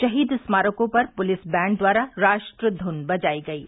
शहीद स्मारकों पर पुलिस बैण्ड द्वारा राष्ट्रधुन बजाई गयी